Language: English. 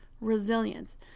resilience